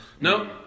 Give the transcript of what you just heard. No